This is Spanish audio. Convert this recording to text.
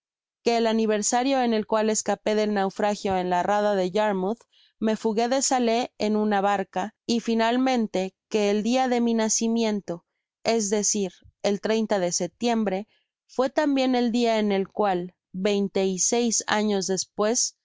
el aniversario en el cual escapé del naufragio en la rada de yarmouth me fugué de salé en una barca y finalmente que el dia de mi nacimiento es decir el de setiembre fué tambien el dia en el cual veinte y seis años despues fui